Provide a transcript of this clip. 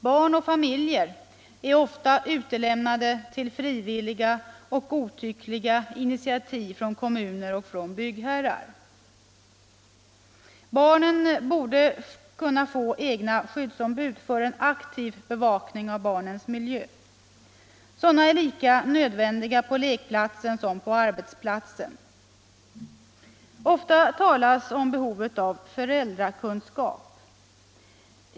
Barn och familjer är ofta utlämnade till frivilliga och godtyckliga initiativ från kommuner och byggherrar. Barnen borde kunna få egna skyddsombud för en aktiv bevakning av barnens miljö. Sådana är lika nödvändiga på lekplatsen som på arbetsplatsen. Ofta talas om behovet av föräldrakunskap.